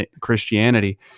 Christianity